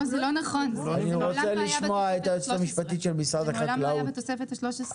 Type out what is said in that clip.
זה לא נכון, זה מעולם לא היה בתוספת ה-13.